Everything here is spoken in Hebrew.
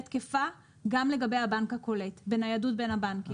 תקפה גם לגבי הבנק הקולט בניידות בין הבנקים?